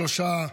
שלושה עשורים.